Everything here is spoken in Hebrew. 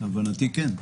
להבנתי כן.